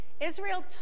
Israel